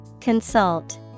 Consult